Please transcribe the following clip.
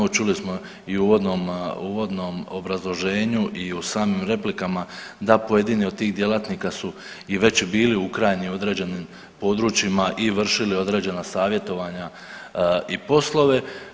Evo čuli smo i u uvodnom obrazloženju i u samim replikama da pojedini od tih djelatnika su i već bili u Ukrajini u određenim područjima i vršili određena savjetovanja i poslove.